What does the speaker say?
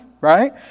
right